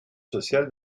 sociales